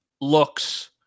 looks